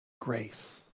grace